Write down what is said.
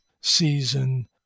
season